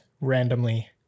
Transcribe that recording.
randomly